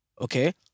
okay